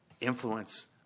influence